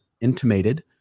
intimated